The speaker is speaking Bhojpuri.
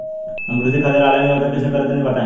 हम कृषि खातिर आनलाइन आवेदन कइसे करि तनि बताई?